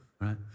right